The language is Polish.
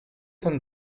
ten